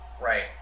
right